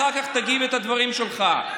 אחר כך תגיד את הדברים שלך.